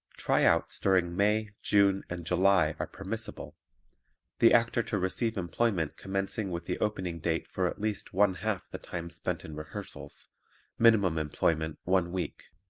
tryouts during may, june and july are permissible the actor to receive employment commencing with the opening date for at least one-half the time spent in rehearsals minimum employment one week.